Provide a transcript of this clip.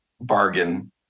bargain